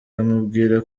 bamubwira